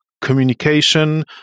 communication